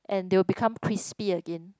and they will become crispy again